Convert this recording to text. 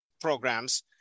programs